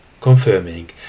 confirming